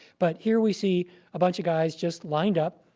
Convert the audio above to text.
but here we see a bunch of guys just lined up.